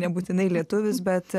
nebūtinai lietuvis bet